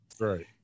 right